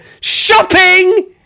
shopping